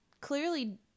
clearly